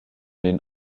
den